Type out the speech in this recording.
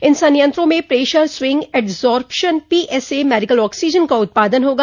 इन संयंत्रों में pressure swing adsorption PSA medical oxygen का उत्पादन होगा